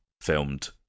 filmed